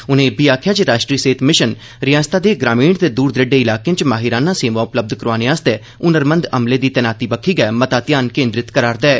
उनें आखेआ जे राष्ट्री सेहत मिशन रिआसता दे ग्रामीण ते दूर दरेडे इलाकें च माहिराना सेवां उपलब्ध करोआने लेई हुनरमंद अमले दी तैनात बक्खी गै मता ध्यान केन्द्रित करा रदा ऐ